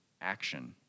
action